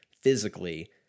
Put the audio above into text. physically